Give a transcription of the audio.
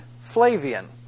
Flavian